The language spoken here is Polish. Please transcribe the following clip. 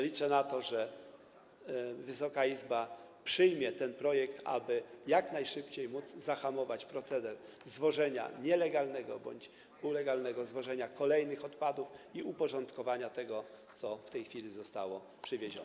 Liczę na to, że Wysoka Izba przyjmie ten projekt, aby jak najszybciej móc zahamować proceder nielegalnego bądź półlegalnego zwożenia kolejnych odpadów i uporządkować to, co w tej chwili zostało przywiezione.